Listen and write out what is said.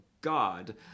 God